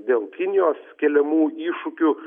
dėl kinijos keliamų iššūkių